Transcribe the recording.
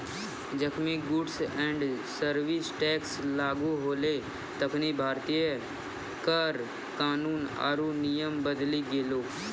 जखनि goods and service tax लागू होलै तखनि भारतीय कर कानून आरु नियम बदली गेलै